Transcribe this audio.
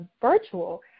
virtual